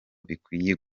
bikwiye